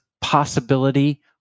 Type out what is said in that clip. possibility